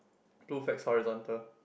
blue flags horizontal